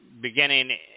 beginning